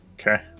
Okay